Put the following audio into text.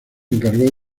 encargó